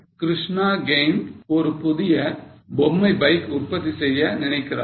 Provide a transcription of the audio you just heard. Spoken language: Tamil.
Krishna Game ஒரு புதிய பொம்மை பைக் உற்பத்தி செய்ய நினைக்கிறார்கள்